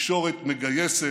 תקשורת מגייסת.